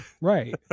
Right